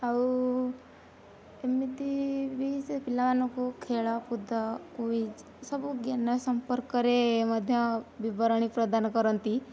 ଆଉ ଏମିତି ବି ସେ ପିଲାମାନଙ୍କୁ ଖେଳ କୁଦ କୁଇଜ ସବୁ ଜ୍ଞାନ ସମ୍ପର୍କରେ ମଧ୍ୟ ବିବରଣୀ ପ୍ରଦାନ କରନ୍ତି